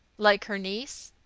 like her niece?